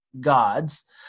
gods